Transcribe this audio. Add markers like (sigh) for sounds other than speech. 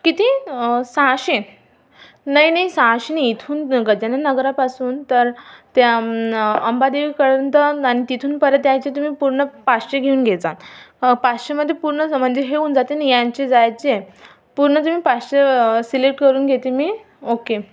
किती सहाशे नाही नाही सहाशे नाही इथून गजानन नगरापासून तर त्या अंबादेवीपर्यंत आणि तिथून परत यायचे तुम्ही पूर्ण पाचशे घेऊन घेजा पाचशेमधे पूर्ण (unintelligible) म्हणजे हे होऊन जाते न यायचे जायचे पूर्ण तुम्ही पाचशे सिलेक्ट करून घेते मी ओके